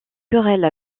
querelle